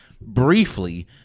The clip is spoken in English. briefly